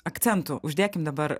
akcentų uždekim dabar